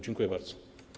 Dziękuję bardzo.